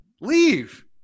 Leave